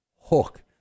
hook